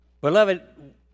Beloved